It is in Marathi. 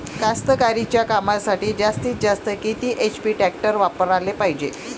कास्तकारीच्या कामासाठी जास्तीत जास्त किती एच.पी टॅक्टर वापराले पायजे?